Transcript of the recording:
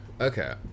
Okay